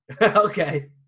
Okay